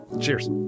Cheers